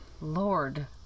lord